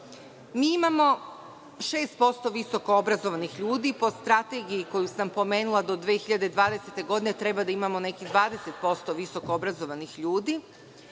Mi imamo 6% visokoobrazovanih ljudi. Po strategiji koju sam pomenula, do 2020. godine treba da imamo nekih 20% visokoobrazovanih ljudi.